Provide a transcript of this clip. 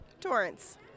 Torrance